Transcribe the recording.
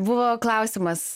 buvo klausimas